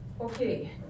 Okay